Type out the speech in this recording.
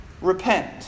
repent